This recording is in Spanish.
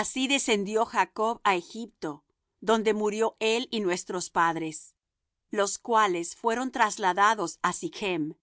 así descendió jacob á egipto donde murió él y nuestros padres los cuales fueron trasladados á sichm